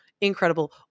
Incredible